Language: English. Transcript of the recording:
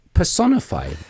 personify